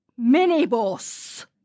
minibus